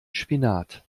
spinat